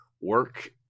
work